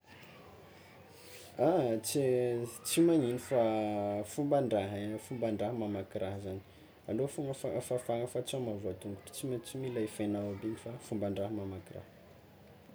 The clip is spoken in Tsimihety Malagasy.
Ah tsy tsy magnino fa fomban-draha fomban-draha mamaky raha zany, alôfogna ala fafagna sao mahavoa tongotro, tsy tsy mila efainao aby izy igny fa fomban-draha mamaky raha.